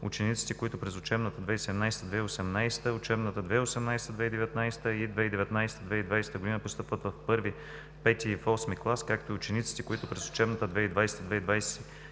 учениците, които през учебната 2017/2018 г., учебната 2018/2019 г и 2019/2020 г. постъпват в първи, пети и в осми клас, както и учениците, които през учебната 2020/2021 г.